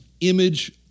image